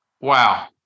wow